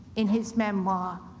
in his memoir,